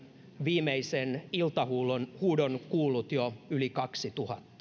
viimeisen iltahuudon iltahuudon kuullut jo yli kahdennentuhannennen